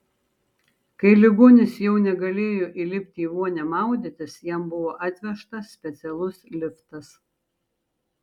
kai ligonis jau negalėjo įlipti į vonią maudytis jam buvo atvežtas specialus liftas